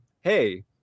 hey